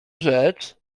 rzecz